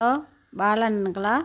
hello Bala அண்ணணுங்களா